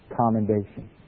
commendation